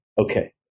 okay